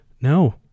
no